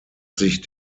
sich